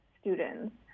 students